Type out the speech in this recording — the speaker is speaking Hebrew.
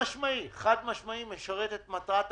חד-משמעית משרת את מטרת הקרן.